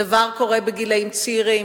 הדבר קורה בגילאים צעירים,